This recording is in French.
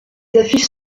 affiches